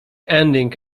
ending